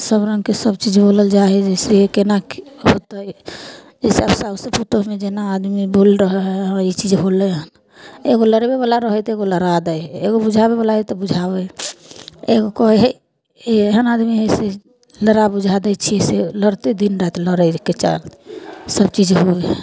सबरङ्गके सबचीज बोलल जाइ हइ जइसे कोना कि होतै इस हिसाबसे पुतौहुमे जेना आदमी बोलि रहै हइ हँ ई चीज होलै हन एगो लड़बैवला रहै हइ तऽ एगो लड़ा दै हइ एगो बुझाबैवला रहै हइ तऽ बुझाबै हइ एगो कहै हइ एहन आदमी हइ से लड़ा बुझा दै छिए से लड़तै दिनराति लड़ैके सबचीज होइ हइ तऽ